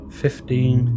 fifteen